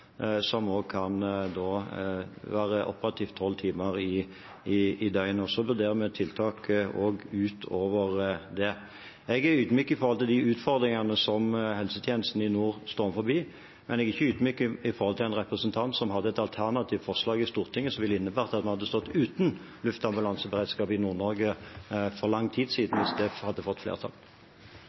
kan være operativt tolv timer i døgnet. Vi vurderer også tiltak utover det. Jeg er ydmyk overfor de utfordringene helsetjenesten i nord står overfor, men jeg er ikke ydmyk overfor en representant som hadde et alternativt forslag i Stortinget som ville innebåret at en hadde stått uten luftambulanseberedskap i Nord-Norge for lang tid siden, om det hadde fått flertall.